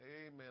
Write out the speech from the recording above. Amen